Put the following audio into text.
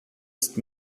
ist